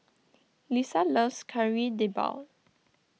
Lissa loves Kari Debal